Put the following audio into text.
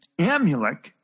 Amulek